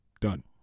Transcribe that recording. Done